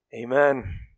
Amen